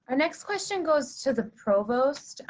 ah next question goes to the provost.